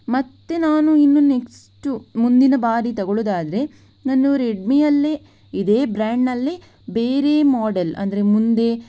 ಮತ್ತೆ ನಾನು ಇನ್ನು ನೆಕ್ಸ್ಟ್ ಮುಂದಿನ ಬಾರಿ ತಗೊಳ್ಳುವುದಾದ್ರೆ ನಾನು ರೆಡ್ಮಿಯಲ್ಲೇ ಇದೇ ಬ್ರ್ಯಾಂಡ್ನಲ್ಲೇ ಬೇರೆ ಮಾಡೆಲ್ ಅಂದರೆ ಮುಂದೆ